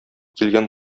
килгән